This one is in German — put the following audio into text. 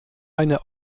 eine